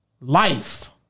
Life